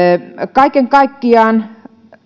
kaiken kaikkiaan